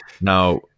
now